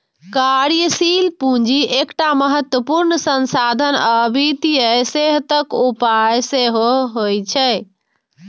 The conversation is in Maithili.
कार्यशील पूंजी एकटा महत्वपूर्ण संसाधन आ वित्तीय सेहतक उपाय सेहो होइ छै